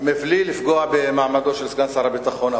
בלי לפגוע במעמדו של סגן שר הביטחון,